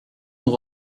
nous